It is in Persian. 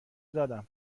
دادم